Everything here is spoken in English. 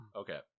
okay